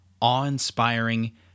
awe-inspiring